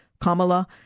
Kamala